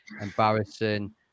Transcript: embarrassing